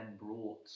brought